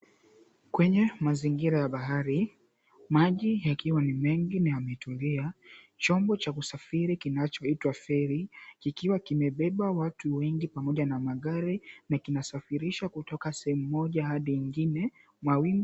Kwenye mazingira ya bahari maji yakiwa ni mengi na yametulia, chombo cha kusafiri kinachoitwa feri ,kikiwa kimebeba watu wengi pamoja na magari na kina safirisha kutoka sehemu moja hadi ingine. Mawingu.